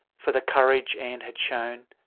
for the courage anne had shown,